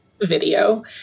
video